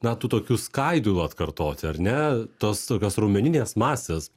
na tu tokių skaidulų atkartot ar ne tos tokios raumeninės masės